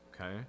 okay